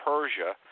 Persia